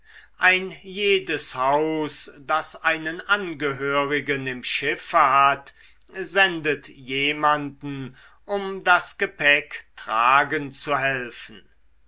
ein jedes haus das einen angehörigen im schiffe hat sendet jemanden um das gepäck tragen zu helfen